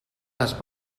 les